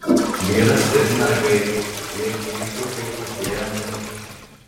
vyras ir mergaitė jie kyšo kaip pūslė ant nykščio